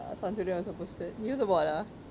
some student also posted you also bought ah